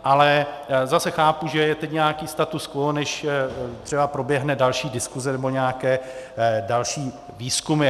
Ale zase chápu, že je teď nějaký status quo, než třeba proběhne další diskuze nebo nějaké další výzkumy.